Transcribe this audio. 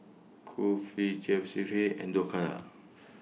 Kulfi and Dhokla